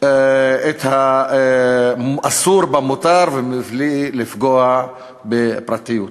את האסור במותר ומבלי לפגוע בפרטיות.